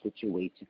situation